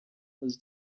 was